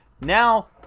now